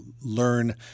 learn